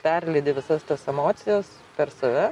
perleidi visas tas emocijas per save